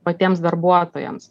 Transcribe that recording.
patiems darbuotojams